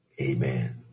Amen